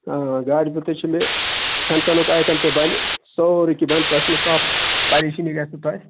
ٲں گاڑِ زٕ تہِ چھِ مےٚ کھیٚن چھیٚنُک آیٹَم تہِ بَنہِ سورُے کیٚنہہ بَنہِ تۄہہِ چھُو نہٕ کانٛہہ پریشٲنی گژھِ نہٕ تۄہہِ